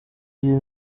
iyo